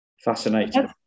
Fascinating